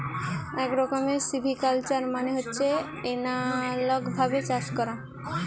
এক রকমের সিভিকালচার মানে হচ্ছে এনালগ ভাবে চাষ করা